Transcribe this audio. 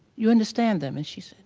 you understand them and she said